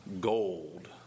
gold